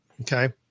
Okay